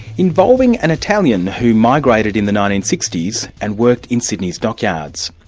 involving an italian who migrated in the nineteen sixty s and worked in sydney's dockyards.